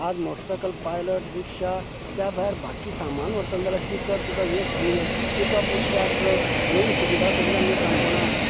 आज motorcycle pilot rickshaw त्या भायर बाकी सामान व्हरतले जाल्या पिकप बिकप ह्यो आनी ह्यो पिकप रिक्शा ट्रक ह्योयी सुविधा सगल्यो आमगे काणकोणा आसात